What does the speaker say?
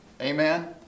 Amen